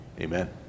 Amen